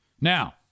now